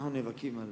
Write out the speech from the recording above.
שאנחנו נאבקים על